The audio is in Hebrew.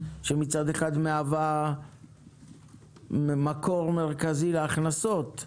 שמצד אחד מהווה מקור מרכזי להכנסות?